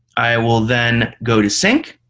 i will then go to sync.